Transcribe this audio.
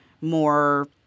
more